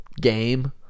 game